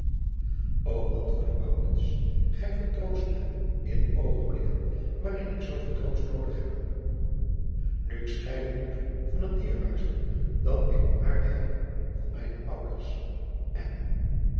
ô antwoordde maurits gij vertroost mij in oogenblikken waarin ik zooveel troost noodig heb nu ik scheiden moet van het dierbaarste dat ik op aarde heb van mijne ouders en